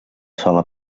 sola